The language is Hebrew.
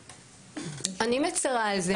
אני מצרה על כך.